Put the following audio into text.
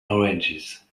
oranges